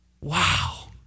Wow